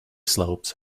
slopes